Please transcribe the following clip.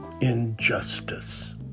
Injustice